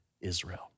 Israel